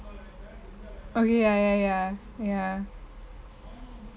oh ya ya ya ya